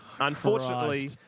Unfortunately